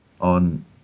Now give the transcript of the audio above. on